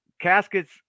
casket's